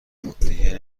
دیگه